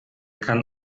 kann